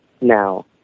now